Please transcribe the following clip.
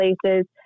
places